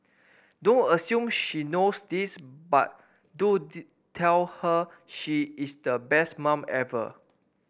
don't assume she knows this but do tell her she is the best mum ever